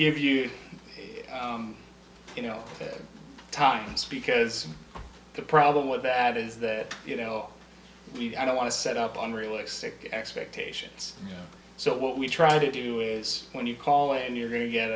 give you you know times because the problem with that is that you know we don't want to set up on realistic expectations so what we try to do is when you call and you're going to get